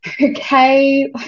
okay